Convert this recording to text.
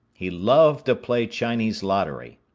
he loved to play chinese lottery.